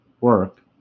work